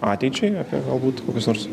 ateičiai apie galbūt kokius nors